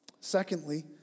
Secondly